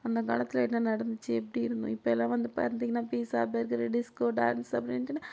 அந்த காலத்தில் என்ன நடந்துச்சு எப்படி இருந்தோம் இப்போ எல்லாம் வந்து பார்ந்தீங்கன்னா பீஸா பர்கரு டிஸ்கோ டான்ஸ் அப்படின்ட்டுன்னு